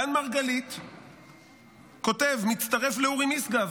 דן מרגלית כותב: "מצטרף לאורי משגב,